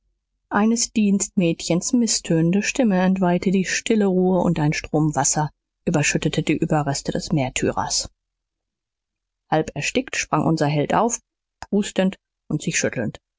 eines dienstmädchens mißtönende stimme entweihte die stille ruhe und ein strom wasser überschüttete die überreste des märtyrers halb erstickt sprang unser held auf prustend und sich schüttelnd